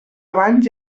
abans